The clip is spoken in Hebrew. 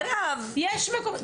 מירב, מירב.